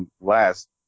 last